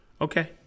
okay